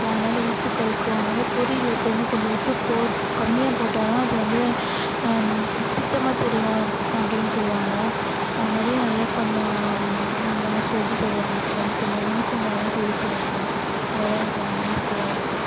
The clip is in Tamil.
அதனால உப்பு கரிக்கும் அதனால பொரியலில் எப்போதுமே கொஞ்சம் உப்பு போட்டு கம்மியாக போட்டாதான் அது வந்து திட்டமாக தெரியும் அப்படினு சொல்வாங்க அதுமாதிரி நிறைய கொஞ்சம் சொல்லி தருவாங்க கொஞ்சம் கொஞ்சம் நுணுக்கங்களலாம் சொல்லி தருவாங்க அதெலாம் எனக்கு கொஞ்சம் யூஸ்ஃபுல்லாக இருக்குது